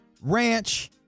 Ranch